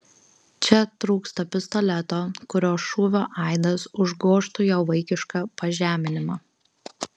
čia trūksta pistoleto kurio šūvio aidas užgožtų jo vaikišką pažeminimą